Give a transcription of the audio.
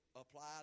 apply